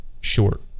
short